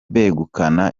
begukana